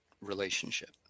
relationship